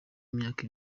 y’imyaka